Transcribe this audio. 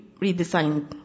redesigned